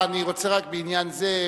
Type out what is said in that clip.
אני רוצה בעניין זה,